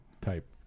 type